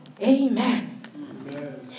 Amen